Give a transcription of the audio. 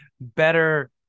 better